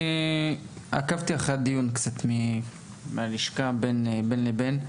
אני עקבתי אחרי הדיון מהלשכה בין לבין.